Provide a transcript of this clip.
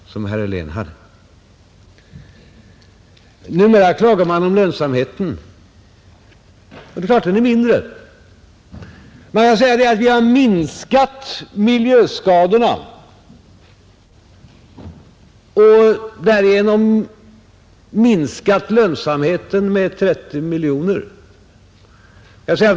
Numera klagar man om lönsamheten. Det är givet att den är mindre, Man kan säga att vi har minskat miljöskadorna och därigenom minskat lönsamheten med 30 miljoner kronor.